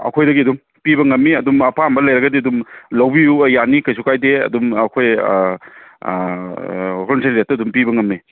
ꯑꯩꯈꯣꯏꯗꯒꯤ ꯑꯗꯨꯝ ꯄꯤꯕ ꯉꯝꯃꯤ ꯑꯗꯨꯝ ꯑꯄꯥꯝꯕ ꯂꯩꯔꯒꯗꯤ ꯑꯗꯨꯝ ꯂꯧꯕꯤꯌꯨ ꯌꯥꯅꯤ ꯀꯩꯁꯨ ꯀꯥꯏꯗꯦ ꯑꯗꯨꯝ ꯑꯩꯈꯣꯏ ꯍꯣꯜꯁꯦꯜ ꯔꯦꯠꯇ ꯑꯗꯨꯝ ꯄꯤꯕ ꯉꯝꯃꯤ